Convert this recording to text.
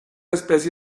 especie